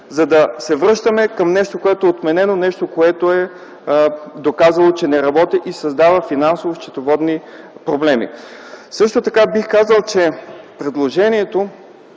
за да се връщаме към нещо, което е отменено, което е доказало, че не работи и създава финансово-счетоводни проблеми? Също така бих казал, че предложението